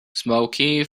smoky